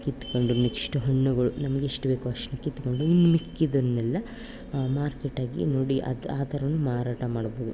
ಕಿತ್ಕೊಂಡು ನೆಕ್ಸ್ಟು ಹಣ್ಣುಗಳು ನಮ್ಗೆ ಎಷ್ಟು ಬೇಕೊ ಅಷ್ಟನ್ನು ಕಿತ್ಕೊಂಡು ಇನ್ನು ಮಿಕ್ಕಿದ್ದನ್ನೆಲ್ಲ ಮಾರ್ಕೆಟಾಗೆ ನೋಡಿ ಅದು ಆ ಥರವೂ ಮಾರಾಟ ಮಾಡ್ಬೌದು